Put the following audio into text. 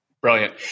Brilliant